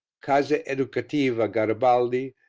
casa educativa garibaldi,